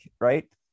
right